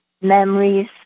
memories